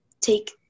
take